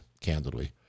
candidly